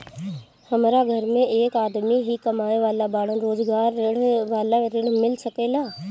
हमरा घर में एक आदमी ही कमाए वाला बाड़न रोजगार वाला ऋण मिल सके ला?